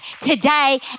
today